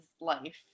life